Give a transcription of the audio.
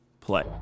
Play